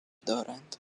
دارند